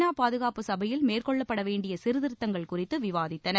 நா பாதுகாப்பு சபையில் மேற்கொள்ளப்பட வேண்டிய சீர்திருத்தங்கள் குறித்து விவாதித்தனர்